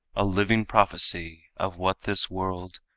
a living prophecy of what this world,